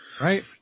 Right